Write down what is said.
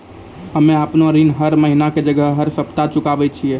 हम्मे आपन ऋण हर महीना के जगह हर सप्ताह चुकाबै छिये